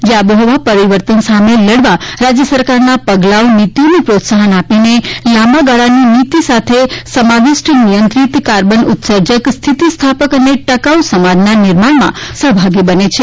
જે આબોહવા પરિવર્તન સામે લડવાના રાજ્ય સરકારના પગલાઓ નીતિઓને પ્રોત્સાહન આપીને લાંબાગાળાની નીતિ સાથે સમાવિષ્ટ નિયંત્રિત કાર્બન ઉત્સર્જક સ્થિતિ સ્થાપક અને ટકાઉ સમાજના નિર્માણમાં સહભાગી બને છે